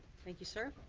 thank you, sir.